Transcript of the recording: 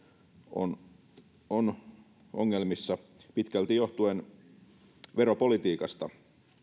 on on ongelmissa pitkälti johtuen veropolitiikasta